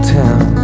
town